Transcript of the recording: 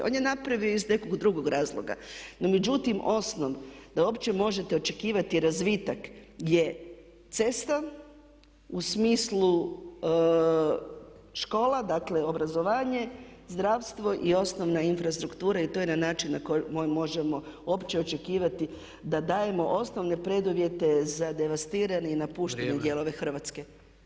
On je napravio iz nekog drugog razloga, no međutim osnova da uopće možete očekivati razvitak je cesta u smislu škola, dakle obrazovanje, zdravstvo i osnovna infrastruktura i to je na način na koji možemo uopće očekivati da dajemo osnovne preduvjete za devastirane i napuštene dijelove Hrvatske.